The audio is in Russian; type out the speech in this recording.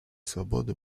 свободы